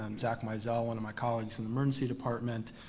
um zach meisel, one of my colleagues in the emergency department,